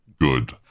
good